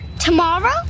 Tomorrow